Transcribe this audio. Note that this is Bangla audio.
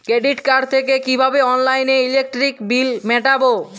ক্রেডিট কার্ড থেকে কিভাবে অনলাইনে ইলেকট্রিক বিল মেটাবো?